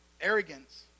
Arrogance